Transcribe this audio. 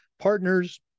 partners